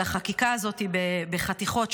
של החקיקה הזאת בחתיכות,